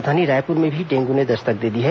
राजधानी रायपुर में भी डेंगू ने दस्तक दे दी है